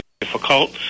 difficult